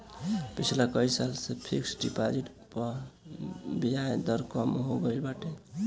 पिछला कई साल से फिक्स डिपाजिट पअ बियाज दर कम हो गईल बाटे